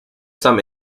some